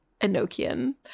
Enochian